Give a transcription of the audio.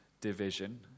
division